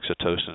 oxytocin